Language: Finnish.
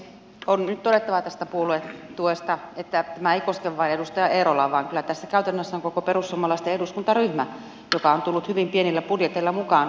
on nyt todettava tästä puoluetuesta että tämä ei koske vain edustaja eerolaa vaan kyllä tässä on käytännössä koko perussuomalaisten eduskuntaryhmä joka on tullut hyvin pienillä budjeteilla mukaan politiikkaan